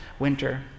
winter